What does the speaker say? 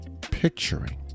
picturing